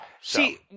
See